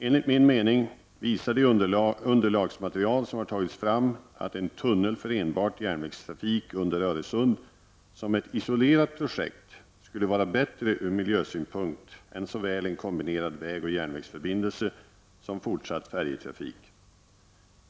Enligt min mening visar det underlagsmaterial som har tagits fram att en tunnel för enbart järnvägstrafik under Öresund som ett isolerat projekt skulle vara bättre ur miljösynpunkt än såväl en kombinerad vägoch järnvägsförbindelse som fortsatt färjedrift.